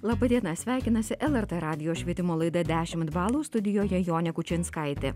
laba diena sveikinasi lrt radijo švietimo laida dešimt balų studijoje jonė kučinskaitė